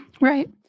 Right